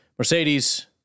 Mercedes